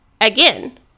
Again